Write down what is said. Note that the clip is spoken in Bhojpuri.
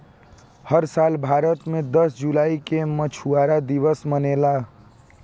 हर साल भारत मे दस जुलाई के मछुआरा दिवस मनेला